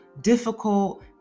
difficult